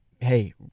hey